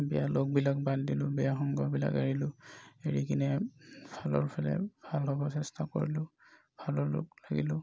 বেয়া লগবিলাক বাদ দিলোঁ বেয়া সংগবিলাক এৰিলোঁ এৰি কিনে ভালৰ ফালে ভাল হ'ব চেষ্টা কৰিলোঁ ভালৰ লগ লাগিলোঁ